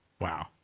Wow